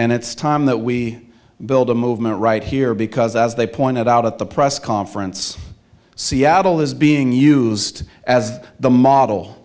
and it's time that we build a movement right here because as they pointed out at the press conference seattle is being used as the model